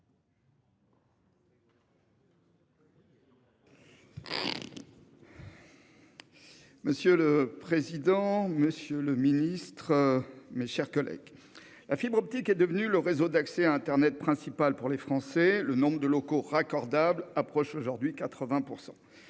Monsieur le président, monsieur le ministre, mes chers collègues, la fibre optique est devenue le principal réseau d'accès à internet pour les Français : le taux de locaux raccordables approche aujourd'hui les